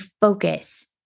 focus